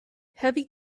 heavy